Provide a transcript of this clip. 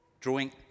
drawing